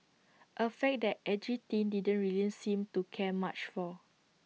A fact that edgy teen didn't really seem to care much for